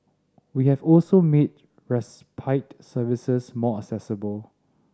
we have also made respite services more accessible